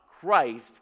Christ